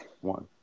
One